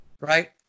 right